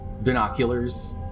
binoculars